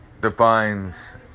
defines